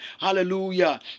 Hallelujah